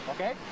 Okay